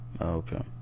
okay